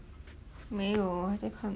没有我还在看